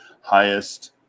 highest